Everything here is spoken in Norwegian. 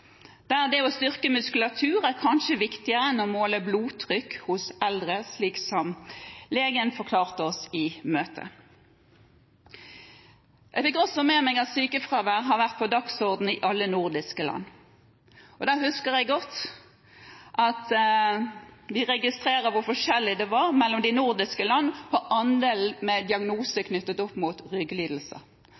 Det å styrke muskulatur er kanskje viktigere enn å måle blodtrykk hos eldre, slik legen forklarte oss det i møtet. Sykefravær har vært på dagsordenen i alle nordiske land. Jeg husker godt at vi registrerte hvor store forskjeller det var mellom de nordiske land på andelen med diagnose knyttet opp mot rygglidelser.